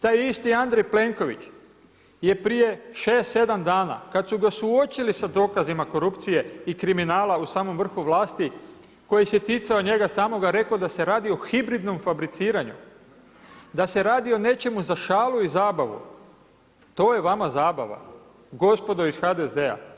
Taj isti Andrej Plenković je prije 6, 7 dana kad su ga suočili sa dokazima korupcije i kriminala u samom vrhu vlasti koji se ticao njega samoga rekao da se radi o hibridnom fabriciranju, da se radi o nečemu za šalu i zabavu, to je vama zabava gospodo iz HDZ-a?